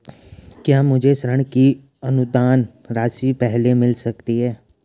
क्या मुझे ऋण की अनुदान राशि पहले मिल सकती है?